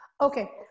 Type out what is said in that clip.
Okay